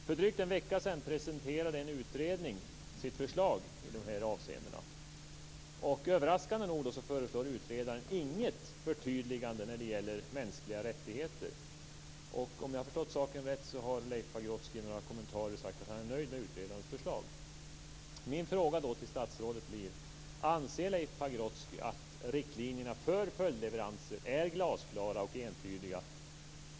För drygt en vecka sedan presenterade en utredning sitt förslag i de här avseendena. Överraskande nog föreslår utredaren inget förtydligande när det gäller mänskliga rättigheter. Om jag har förstått saken rätt har Leif Pagrotsky i några kommentarer sagt att han är nöjd med utredarens förslag. Min fråga till statsrådet blir: Anser Leif Pagrotsky att riktlinjerna för följdleveranser är glasklara och entydiga?